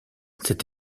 cette